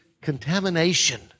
contamination